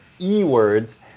E-words